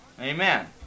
Amen